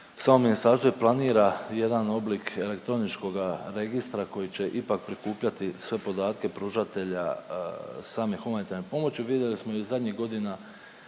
samo ministarstvo i planira jedan oblik elektroničkoga registra koji će ipak prikupljati sve podatke pružatelja same humanitarne pomoći. Vidjeli smo i zadnjih godina